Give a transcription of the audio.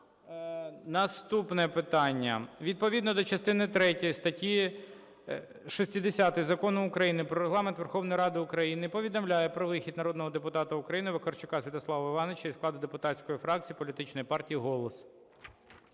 Наступне питання. Відповідно до частини третьої статті 60 Закону України "Про Регламент Верховної Ради України" повідомляю про вихід народного депутата України Вакарчука Святослава Івановича із складу депутатської фракції політичної партії "Голос".